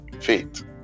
faith